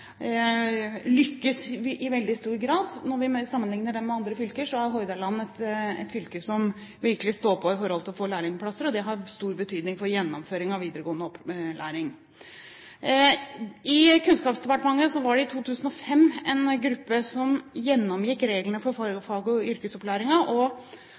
i veldig stor grad. Når vi sammenligner Hordaland med andre fylker, er det et fylke som virkelig står på for å få lærlingplasser. Det har stor betydning for gjennomføringen av videregående opplæring. I 2005 nedsatte Kunnskapsdepartementet en gruppe som skulle gjennomgå reglene om fag- og yrkesopplæringen. Gruppen foreslo endringer for å forenkle regelverket og